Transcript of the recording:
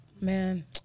man